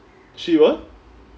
she [what]